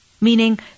Meaning